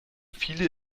viele